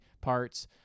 parts